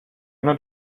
not